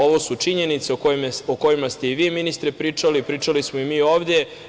Ovo su činjenice o kojima ste i vi ministre pričali, a pričali smo i mi ovde.